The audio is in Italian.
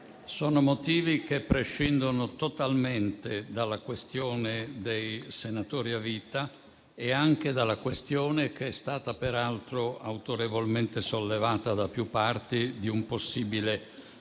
Sono motivi che prescindono totalmente dalla questione dei senatori a vita e anche dalla questione, che è stata peraltro autorevolmente sollevata da più parti, di un possibile